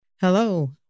Hello